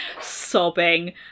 sobbing